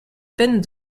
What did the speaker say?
peine